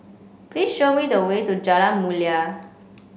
please show me the way to Jalan Mulia